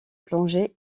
plongée